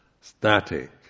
static